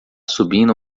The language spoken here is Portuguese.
subindo